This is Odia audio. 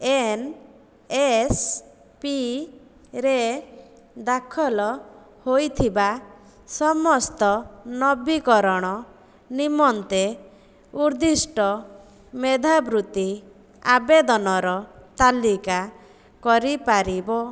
ଏନଏସପି ରେ ଦାଖଲ ହୋଇଥିବା ସମସ୍ତ ନବୀକରଣ ନିମନ୍ତେ ଉର୍ଦ୍ଧିଷ୍ଟ ମେଧାବୃତ୍ତି ଆବେଦନର ତାଲିକା କରିପାରିବ